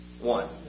one